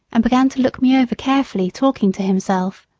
and began to look me over carefully, talking to himself.